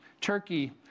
Turkey